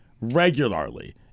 regularly